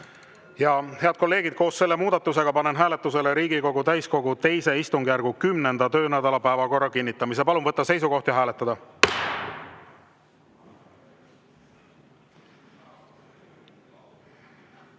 Head kolleegid, koos selle muudatusega panen hääletusele Riigikogu täiskogu II istungjärgu 10. töönädala päevakorra kinnitamise. Palun võtta seisukoht ja hääletada!